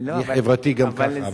אני חברתי גם ככה.